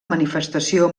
manifestació